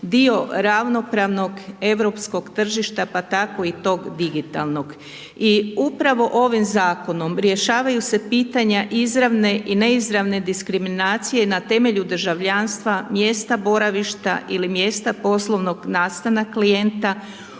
dio ravnopravnog europskog tržišta, pa tako i tog digitalnog. I upravo ovim zakonom, rješavaju se pitanja izravne i neizravne diskriminacije na temelju državljanstva, mjesta boravišta ili mjesta poslovnog nastana klijenta